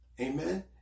Amen